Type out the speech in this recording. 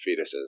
fetuses